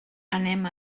anem